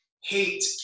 hate